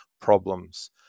problems